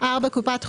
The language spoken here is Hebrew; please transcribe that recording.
קופת חולים,